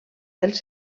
dels